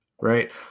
right